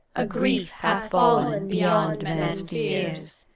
a grief hath fallen beyond men's fears.